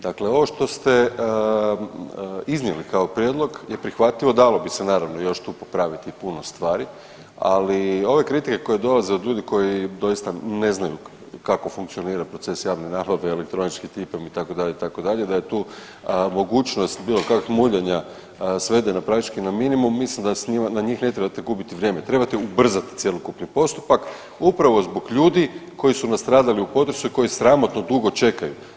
Dakle, ovo što ste iznijeli kao prijedlog je prihvatljivo, dalo bi se naravno još tu popraviti puno stvari, ali ove kritike koje dolaze od ljudi koji doista ne znaju kako funkcionira proces javne nabave i elektronički tip itd., itd., da je tu mogućnost bilo kakvih muljanja svedena praktički na minimum, mislim da na njih ne trebate gubiti vrijeme, trebate ubrzati cjelokupni postupak upravo zbog ljudi koji su nastradali u potresu i koji sramotno dugo čekaju.